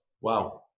Wow